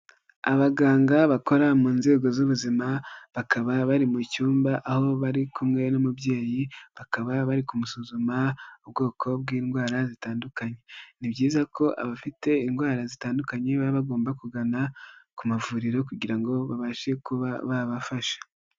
Abaganga bakora mu nzego z'ubuzima, bakaba bari mu cyumba aho bari kumwe n'umubyeyi, bakaba barisuzuma ubwoko bw'indwara zitandukanye, ni byiza ko abafite indwara zitandukanye baba bagomba kugana ku mavuriro kugira ngo babashe kuba babafasha.